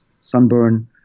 sunburn